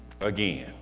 again